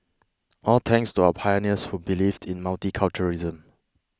all thanks to our pioneers who believed in multiculturalism